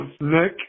Nick